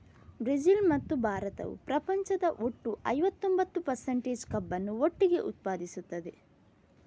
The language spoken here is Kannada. ಬ್ರೆಜಿಲ್ ಮತ್ತು ಭಾರತವು ಪ್ರಪಂಚದ ಒಟ್ಟು ಐವತ್ತೊಂಬತ್ತು ಪರ್ಸಂಟೇಜ್ ಕಬ್ಬನ್ನು ಒಟ್ಟಿಗೆ ಉತ್ಪಾದಿಸುತ್ತದೆ